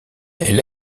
elle